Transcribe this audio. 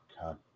God